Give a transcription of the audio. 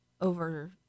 over